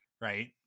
right